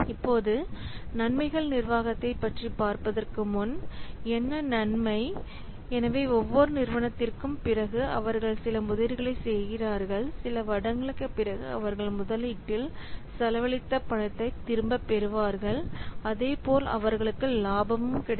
இப்போது நன்மைகள் நிர்வாகத்தைப் பற்றிப் பார்ப்பதற்கு முன் என்ன நன்மை ஒவ்வொரு நிறுவனத்திற்கும் பிறகு அவர்கள் சில முதலீடுகளைச் செய்கிறார்கள் சில வருடங்களுக்குப் பிறகு அவர்கள் முதலீட்டில் செலவழித்த பணத்தை திரும்பப் பெறுவார்கள் அதேபோல் அவர்களுக்கு லாபமும் கிடைக்கும்